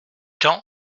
quand